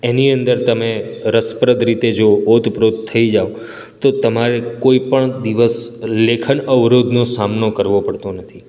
એની અંદર તમે રસપ્રદ રીતે જો ઓત પ્રોત થઈ જાઓ તો તમારે કોઇ પણ દિવસ લેખન અવરોધનો સામનો કરવો પડતો નથી